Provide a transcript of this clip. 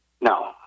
No